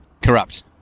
corrupt